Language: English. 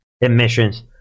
emissions